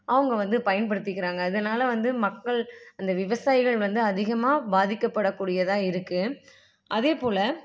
அவங்க வந்து பயன்படுத்திக்கிறாங்க அதனாலே வந்து மக்கள் அந்த விவசாயிகள் வந்து அதிகமாக பாதிக்கப்படக்கூடியதாக இருக்குது அதேபோல